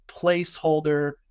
placeholder